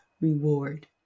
reward